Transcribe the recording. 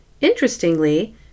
Interestingly